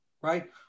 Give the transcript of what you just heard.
right